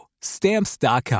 Stamps.com